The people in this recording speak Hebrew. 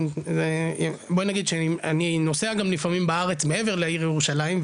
בואי נגיד שאני נוסע לפעמים בארץ מעבר לעיר ירושלים,